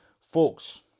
Folks